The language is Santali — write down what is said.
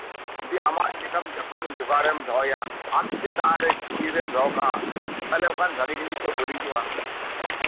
ᱟᱢᱟᱜ ᱪᱮᱫ ᱞᱮᱠᱟ ᱡᱚᱛᱚᱱ ᱡᱚᱜᱟᱣ ᱨᱮᱢ ᱫᱚᱦᱚᱭᱟ ᱟᱢ ᱡᱩᱫᱤ ᱫᱟᱜ ᱨᱮ ᱥᱤᱥᱤᱨ ᱨᱮᱢ ᱫᱚᱦᱚ ᱠᱟᱜᱼᱟ ᱛᱟᱞᱦᱮ ᱠᱷᱟᱱ ᱵᱷᱟᱞᱤ ᱡᱤᱱᱤᱥ ᱦᱚᱸ ᱵᱟᱹᱲᱤᱡᱚᱜᱼᱟ